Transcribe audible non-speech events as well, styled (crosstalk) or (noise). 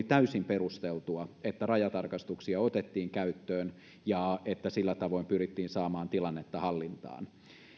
(unintelligible) täysin perusteltua että rajatarkastuksia otettiin käyttöön ja että sillä tavoin pyrittiin saamaan tilannetta hallintaan